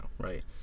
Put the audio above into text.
right